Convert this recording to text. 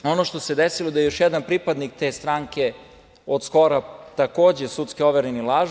Ono što se desilo jeste da je još jedan pripadnik te stranke od skoro takođe sudski overeni lažov.